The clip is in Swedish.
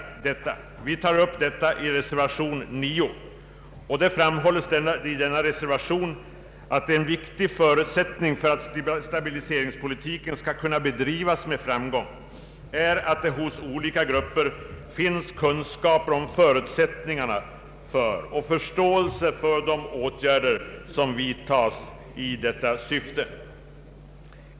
Vi tar upp detta i reservationen 9. Det framhålles där att en viktig förutsättning för att stabiliseringspolitiken skall kunna bedrivas med framgång är att det hos olika grupper finns kunskap om förutsättningarna för och förståelse för de åtgärder som vidtas i detta syfte.